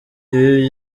ibi